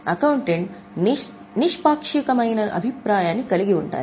accountant నిష్పాక్షికమైన అభిప్రాయాన్ని కలిగి ఉండాలి